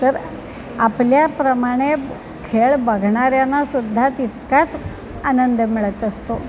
तर आपल्याप्रमाणे खेळ बघणाऱ्यांना सुद्धा तितकाच आनंद मिळत असतो